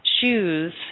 shoes